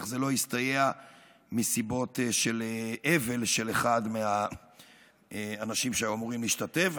אך זה לא הסתייע מסיבות של אבל של אחד מהאנשים שאמורים להשתתף,